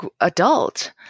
adult